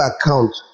account